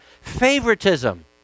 favoritism